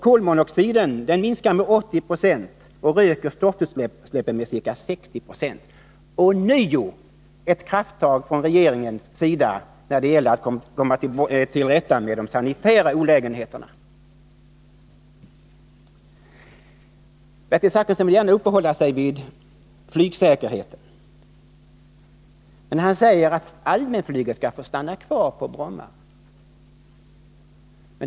Kolmonooxiden minskar med 80 90, och rökoch stoftutsläppen med ca 60 76. Detta är ånyo ett krafttag från regeringens sida när det gäller att komma till rätta med de sanitära olägenheterna. Bertil Zachrisson ville gärna uppehålla sig vid flygsäkerheten, men han säger att allmänflyget skall få stanna kvar i Bromma.